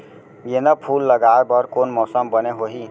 गेंदा फूल लगाए बर कोन मौसम बने होही?